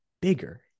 bigger